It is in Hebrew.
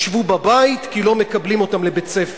ישבו בבית, כי לא מקבלים אותן לבית-הספר.